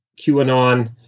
QAnon